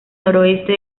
noreste